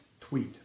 tweet